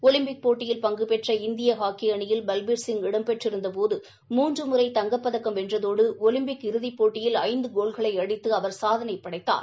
Olympic போட்டியில் பங்குபெற்ற இந்திய ஹாக்கி அணியில் பல்பீர்சிங் இடம் பெற்றிருந்தபோது மூன்று முறை தங்கப்பதக்கம் வென்றது ஒலிம்பிக் இறுதி போட்டியில் ஐந்து கோல்களை அடித்து அவா் சாதனை படைத்தார்